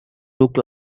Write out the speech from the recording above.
look